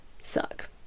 suck